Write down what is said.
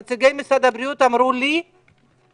נציגי משרד הבריאות אמרו לי לפרוטוקול,